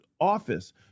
office